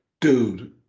dude